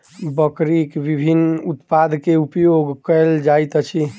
बकरीक विभिन्न उत्पाद के उपयोग कयल जाइत अछि